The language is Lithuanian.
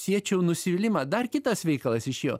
siečiau nusivylimą dar kitas veikalas išėjo